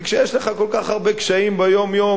כי כשיש לך כל כך הרבה קשיים ביום-יום,